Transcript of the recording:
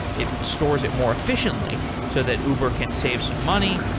it stores it more efficiently so that uber can save some money.